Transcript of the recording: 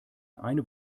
eine